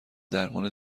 درمان